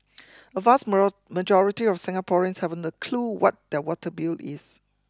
a vast majority of Singaporeans haven't a clue what their water bill is